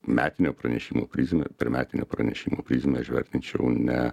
metinio pranešimo prizmę per metinio pranešimo prizmę aš vertinčiau ne